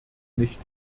nicht